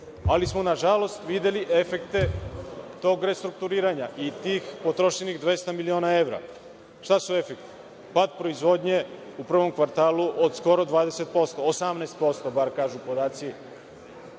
ali smo nažalost videli efekte tog restrukturiranja i tih potrošenih 200 miliona evra. Šta su efekti? Pad proizvodnje u prvom kvartalu od skoro 20%, 18% kažu podaci.